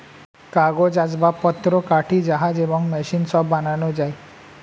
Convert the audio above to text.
কাগজ, আসবাবপত্র, কাঠি, জাহাজ এবং মেশিন সব বানানো যায়